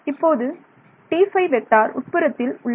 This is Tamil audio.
இப்போது T5 உட்புறத்தில் உள்ளது